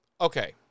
Okay